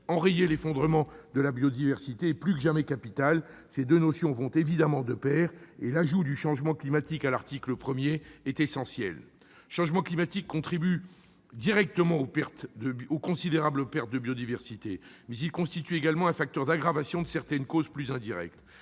enrayer l'effondrement de la biodiversité est plus que jamais capital ; ces deux notions vont évidemment de pair, et l'ajout de la mention du changement climatique à l'article 1 est essentiel. Le changement climatique contribue directement aux considérables pertes de biodiversité, mais il constitue également un facteur d'aggravation de certaines causes indirectes.